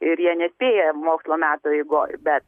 ir jie nespėja mokslo metų eigoj bet